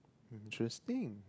interesting